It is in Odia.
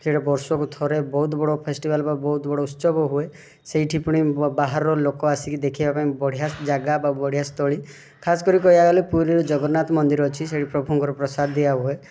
ସେଇଟା ବର୍ଷକୁ ଥରେ ବହୁତ ବଡ଼ ଫେଷ୍ଟିଭାଲ୍ ବହୁତ ବଡ଼ ଉତ୍ସବ ହୁଏ ସେଇଠି ପୁଣି ବାହାରର ଲୋକ ଆସିକି ଦେଖିବା ପାଇଁ ବଢ଼ିଆ ଯାଗା ବା ବଢ଼ିଆ ସ୍ଥଳୀ ଖାସ୍ କରି କହିବାକୁ ଗଲେ ପୁରୀ ଜଗନ୍ନାଥ ମନ୍ଦିର ଅଛି ପ୍ରଭୁଙ୍କର ପ୍ରସାଦ ଦିଆହୁଏ